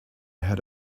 ahead